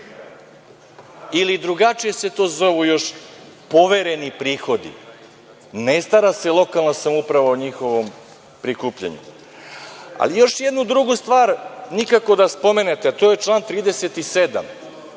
ili drugačije se to zovu još povereni prihodi. Ne stara se lokalna samouprava o njihovom prikupljanju. Još jednu drugu stvar nikako da spomenete, a to je član 37,